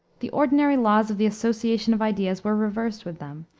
the ordinary laws of the association of ideas were reversed with them.